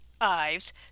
Ives